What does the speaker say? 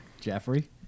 Jeffrey